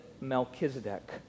Melchizedek